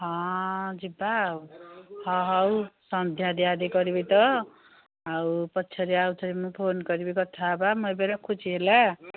ହଁ ଯିବା ଆଉ ହଁ ହଉ ସନ୍ଧ୍ୟା ଦିଆ ଦିଇ କରିବି ତ ଆଉ ପଛରେ ଆଉ ଥରେ ମୁଁ ଫୋନ୍ କରିବି କଥା ହେବା ମୁଁ ଏବେ ରଖୁଛି ହେଲା